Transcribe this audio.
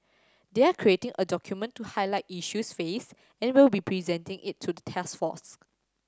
they are creating a document to highlight issues faced and will be presenting it to the task force